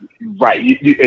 Right